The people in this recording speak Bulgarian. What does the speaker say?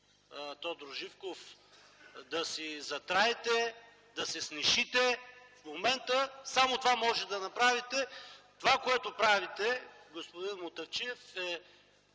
Тодор Живков – да си затраете, да се снишите. В момента само това може да направите. Това което правите, господин Мутафчиев, е